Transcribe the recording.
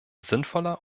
sinnvoller